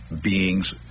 beings